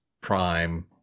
Prime